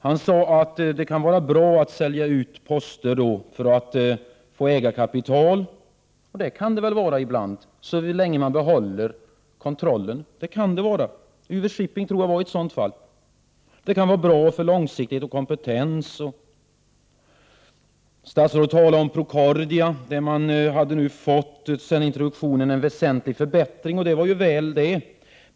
Han sade att det kan vara bra att sälja ut poster för att få ägarkapital. Det kan det vara ibland, så länge man behåller kontrollen. UV-Shipping tror jag var ett sådant fall. Det kan vara bra för långsiktighet och kompetens. Statsrådet talade om Procordia där man sedan introduktionen fått en väsentlig förbättring. Det var väl det.